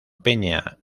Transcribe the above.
peña